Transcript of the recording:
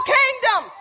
kingdom